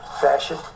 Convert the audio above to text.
fashion